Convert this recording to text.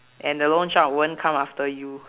and the loan shark won't come after you